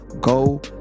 go